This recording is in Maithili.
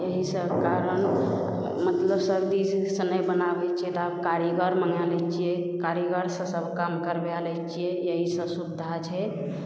एहि सब कारण मतलब सबचीज तऽ नहि बनाबै छिए तब कारीगर मँगै लै छिए कारीगरसभ काम करबै लै छिए इएहसब सुविधा छै